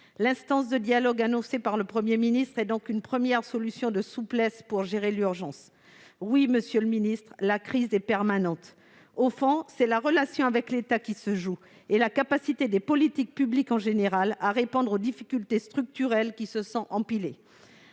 l'instance de dialogue annoncée par le Premier ministre est une première solution de souplesse pour gérer l'urgence. Oui, monsieur le ministre, la crise est permanente. Au fond, c'est la relation avec l'État qui se joue et la capacité des politiques publiques en général à répondre aux difficultés structurelles qui se sont empilées.